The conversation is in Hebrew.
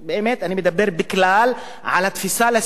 אני מדבר בכלל על התפיסה של סטודנט,